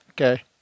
Okay